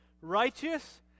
righteous